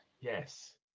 Yes